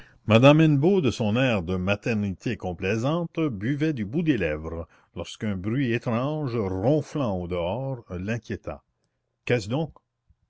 madame hennebeau de son air de maternité complaisante buvait du bout des lèvres lorsqu'un bruit étrange ronflant au-dehors l'inquiéta qu'est-ce donc